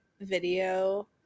video